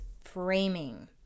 framing